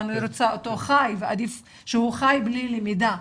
היא רוצה אותו חי ועדיף שהוא חי בלי למידה.